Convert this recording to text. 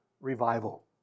revival